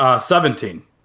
Seventeen